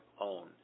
own